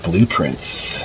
Blueprints